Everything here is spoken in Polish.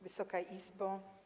Wysoka Izbo!